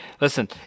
listen